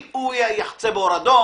או את ההיגיון בזה, את ההיגיון בעמדתו.